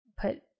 put